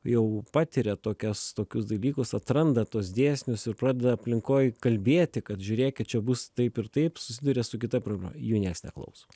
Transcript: jau patiria tokias tokius dalykus atranda tuos dėsnius ir pradeda aplinkoj kalbėti kad žiūrėkit čia bus taip ir taip susiduria su kita problema jų nieks neklauso